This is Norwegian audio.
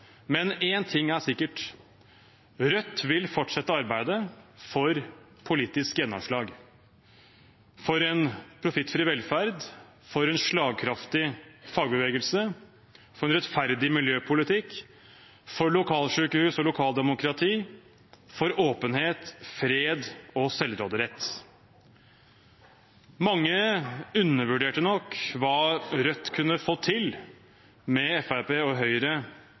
Men én ting er sikkert: Rødt vil fortsette arbeidet for politisk gjennomslag, for en profittfri velferd, for en slagkraftig fagbevegelse, for en rettferdig miljøpolitikk, for lokalsykehus og lokaldemokrati, for åpenhet, fred og selvråderett. Mange undervurderte nok hva Rødt kunne få til med Fremskrittspartiet og Høyre